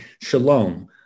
Shalom